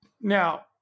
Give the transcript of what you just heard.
Now